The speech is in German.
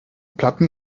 platten